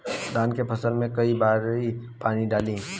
धान के फसल मे कई बारी पानी डाली?